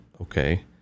okay